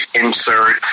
insert